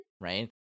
right